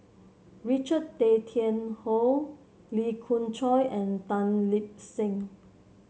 Richard Tay Tian Hoe Lee Khoon Choy and Tan Lip Seng